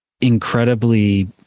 incredibly